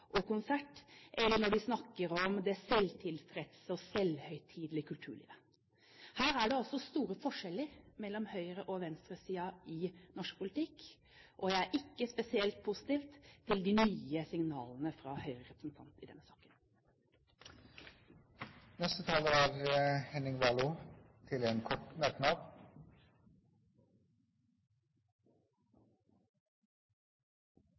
og konsert, og de snakker om det selvtilfredse og selvhøytidelige kulturlivet. Her er det store forskjeller mellom høyresiden og venstresiden i norsk politikk, og jeg er ikke spesielt positiv til de nye signalene fra Høyres representant i denne saken. Henning Warloe har hatt ordet to ganger tidligere og får ordet til en kort merknad,